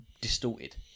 distorted